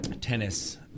tennis